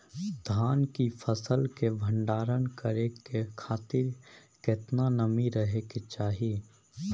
धान की फसल के भंडार करै के खातिर केतना नमी रहै के चाही?